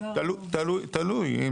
תלוי,